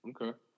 Okay